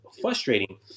frustrating